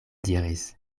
diris